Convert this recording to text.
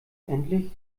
endlich